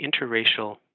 interracial